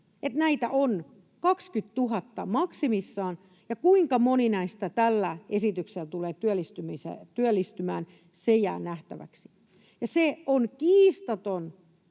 näitä on 20 000 maksimissaan, ja se, kuinka moni näistä tällä esityksellä tulee työllistymään, jää nähtäväksi. Se on kiistaton